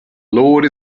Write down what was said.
lord